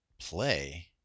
play